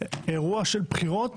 אירוע של בחירות